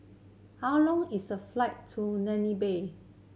how long is the flight to Namibia